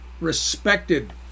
respected